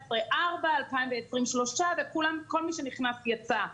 2019 ארבעה, 2020 שלושה וכל מי שנכנס יצא.